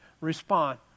Respond